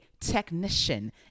technician